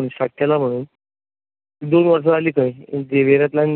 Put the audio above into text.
दोन वर्सां जाली खंय झेवियरातल्यान